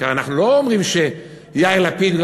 כי הרי אנחנו לא אומרים שיאיר לפיד,